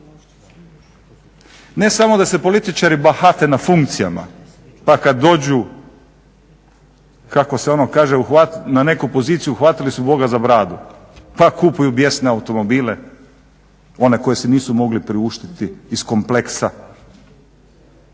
Ne samo da se političari bahate na funkcijama pa kad dođu kako se ono kaže na neku poziciju uhvatili su Boga za bradu pa kupuju bijesne automobile one koje si nisu mogli priuštiti iz kompleksa